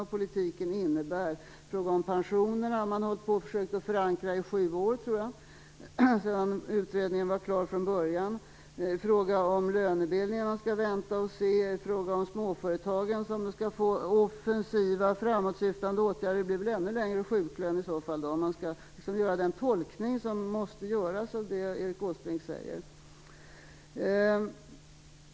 Det råder osäkerhet kring förslaget om pensionerna, som man har försökt att förankra i sju år sedan utredningen först var klar. I fråga om lönebildningen skall man vänta och se. Småföretagen skall få offensiva, framåtsyftande åtgärder - det blir väl en ännu längre sjuklöneperiod. Det är den tolkning man måste göra av det Erik Åsbrink säger.